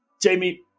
Jamie